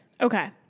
Okay